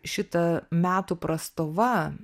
šita metų prastova